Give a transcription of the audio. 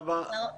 תודה אורלי.